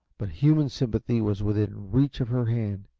but human sympathy was within reach of her hand,